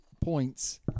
points